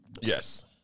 yes